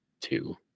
two